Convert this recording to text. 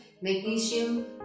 magnesium